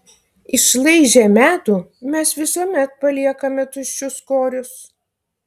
išlaižę medų mes visuomet paliekame tuščius korius